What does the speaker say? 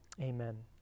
Amen